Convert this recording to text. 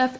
F